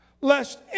lest